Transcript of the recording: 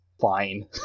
fine